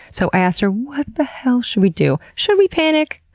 so i asked her, what the hell should we do? should we panic?